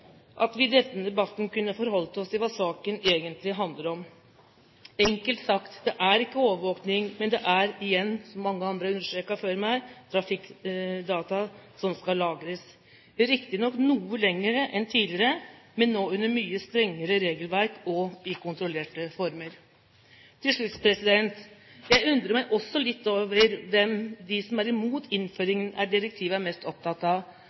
at vi i denne debatten kunne forholdt oss til hva saken egentlig handler om. Enkelt sagt: Det er ikke overvåking, men det er, igjen som mange andre har understreket før meg, trafikkdata som skal lagres – riktignok noe lenger enn tidligere, men nå under mye strengere regelverk og i kontrollerte former. Til slutt: Jeg undrer meg også litt over det de som er imot innføringen av direktivet er mest opptatt av,